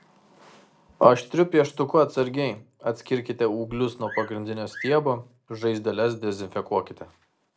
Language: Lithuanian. aštriu pieštuku atsargiai atskirkite ūglius nuo pagrindinio stiebo žaizdeles dezinfekuokite